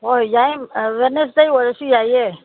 ꯍꯣꯏ ꯌꯥꯏ ꯋꯦꯠꯅꯁꯗꯦ ꯑꯣꯏꯔꯁꯨ ꯌꯥꯏꯌꯦ